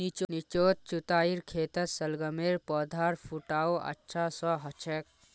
निचोत जुताईर खेतत शलगमेर पौधार फुटाव अच्छा स हछेक